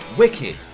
Wicked